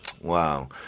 Wow